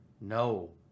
No